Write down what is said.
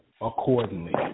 accordingly